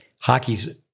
Hockey's